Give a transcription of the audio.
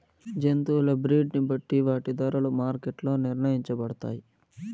జంతువుల బ్రీడ్ ని బట్టి వాటి ధరలు మార్కెట్ లో నిర్ణయించబడతాయి